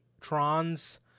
trons